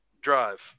drive